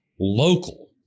local